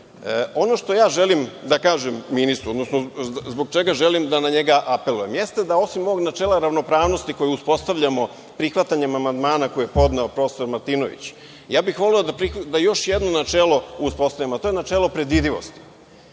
što ja želim da kažem ministru, odnosno zbog čega želim da na njega apelujem. Jeste da osim ovog načela ravnopravnosti, koji uspostavljamo prihvatanjem amandmana koji je podneo prof. Martinović, ja bih voleo da još jedno načelo uspostavimo, a to je načelo predvidljivosti. Nemam